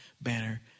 banner